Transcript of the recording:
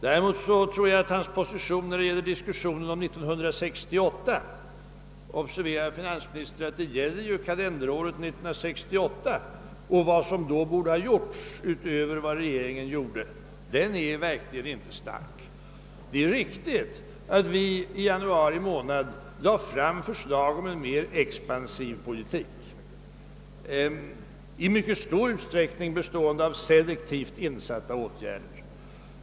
Däremot är hans position verkligen inte stark när det gäller vad som borde ha gjorts 1968 utöver vad regeringen gjorde — observera, herr finansminister, att det gäller kalenderåret 1968! Det är riktigt att vi i januari månad lade fram förslag om en mera expansiv politik, i mycket stor utsträckning bestående av selektivt insatta åtgärder.